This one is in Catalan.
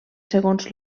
segons